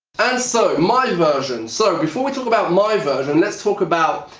and so my version, so before we talk about my version. let's talk about,